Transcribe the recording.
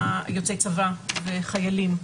יוצאי צבא וחיילים,